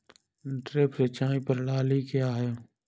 Drip सिंचाई प्रणाली क्या है?